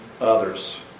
others